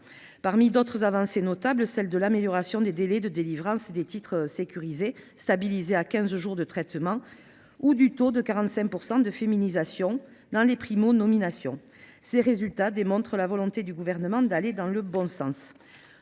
Parmi d’autres avancées notables, je veux citer l’amélioration des délais de délivrance des titres sécurisés, stabilisés à quinze jours de traitement, ou le taux de 45 % de féminisation dans les primo nominations. Ces résultats démontrent la volonté du Gouvernement d’aller dans le bon sens.